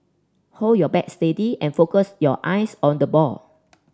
hold your bat steady and focus your eyes on the ball